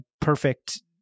perfect